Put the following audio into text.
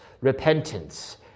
repentance